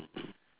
mmhmm